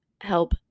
help